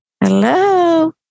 Hello